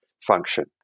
function